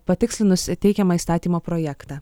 patikslinus teikiamą įstatymo projektą